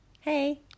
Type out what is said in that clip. Hey